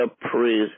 praise